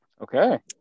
Okay